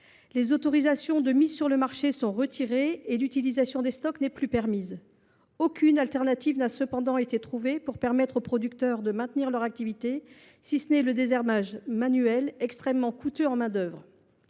Les autorisations de mise sur le marché ont donc été retirées et l’utilisation des stocks n’est plus permise. Aucune solution de substitution n’a cependant été trouvée pour permettre aux producteurs de maintenir leur activité, si ce n’est un désherbage manuel, extrêmement coûteux en main d’œuvre.